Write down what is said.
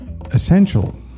essential